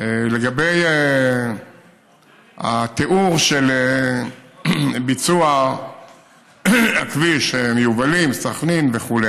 לגבי התיאור של ביצוע הכביש ביובלים, סח'נין וכו',